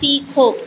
सीखो